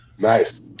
Nice